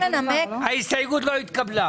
הצבעה לא אושר ההסתייגות לא התקבלה.